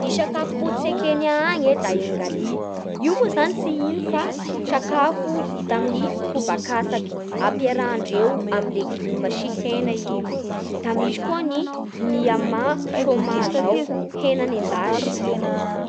Ny sakafo fototsy a Kenya agny da ingalia. Io moa zany tsy ino fa sakafo vita amin'ny koba katsaky ampiarahandreo amin'ny legioma sy hena i io. Da misy koa ny niamà sômà izao: hena nendasy.